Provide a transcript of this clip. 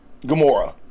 Gamora